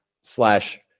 slash